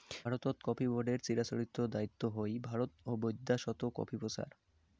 ভারতত কফি বোর্ডের চিরাচরিত দায়িত্ব হই ভারত ও বৈদ্যাশত কফি প্রচার